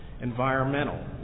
Environmental